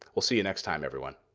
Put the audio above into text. we'll see you next time, everyone.